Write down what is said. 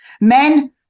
Men